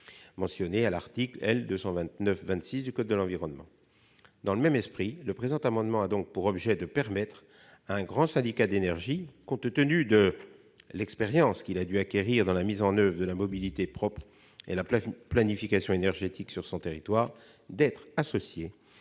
mentionné à l'article L. 229-26 du code de l'environnement. Dans le même esprit, le présent amendement a pour objet de permettre à un grand syndicat d'énergie, compte tenu de l'expérience qu'il a pu acquérir dans la mise en oeuvre de la mobilité propre et de la planification énergétique sur son territoire, d'être associé